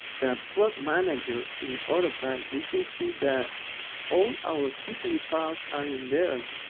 the plot manager in autocad we can see that all our ctv files are in there,